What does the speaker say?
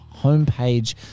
homepage